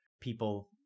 people